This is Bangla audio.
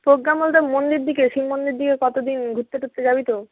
প্রোগ্রাম বলতে মন্দির দিকে শিব মন্দির দিকে কত দিন ঘুরতে টুরতে যাবি তো